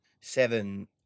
seven